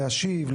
להשיב,